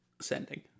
Sending